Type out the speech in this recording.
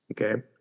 okay